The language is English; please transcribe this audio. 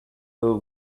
will